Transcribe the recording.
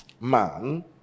man